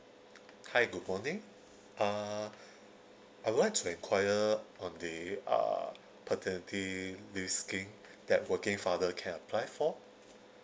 hi good morning uh I would like to enquire on the uh paternity leaves scheme that working father can apply for